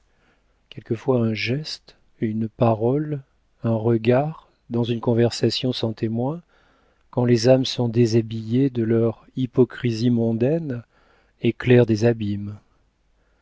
quelquefois un geste une parole un regard dans une conversation sans témoins quand les âmes sont déshabillées de leur hypocrisie mondaine éclairent des abîmes